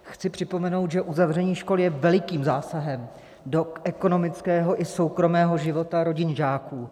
Chci připomenout, že uzavření škol je velikým zásahem do ekonomického i soukromého života rodin žáků.